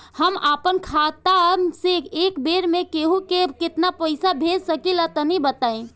हम आपन खाता से एक बेर मे केंहू के केतना पईसा भेज सकिला तनि बताईं?